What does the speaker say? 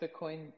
Bitcoin